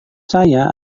saya